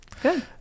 Good